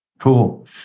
Cool